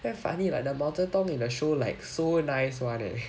damn funny like the 毛泽东 in the show like so nice [one] leh